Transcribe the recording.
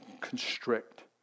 constrict